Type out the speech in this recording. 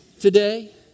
today